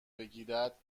بگیرد